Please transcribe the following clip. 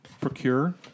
procure